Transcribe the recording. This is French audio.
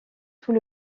tout